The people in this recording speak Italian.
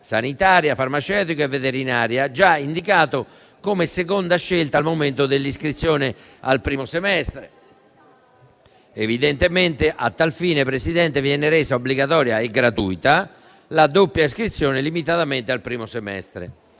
sanitaria, farmaceutica e veterinaria, già indicato come seconda scelta al momento dell'iscrizione al primo semestre. Evidentemente, a tal fine, Presidente, viene resa obbligatoria e gratuita la doppia iscrizione limitatamente al primo semestre.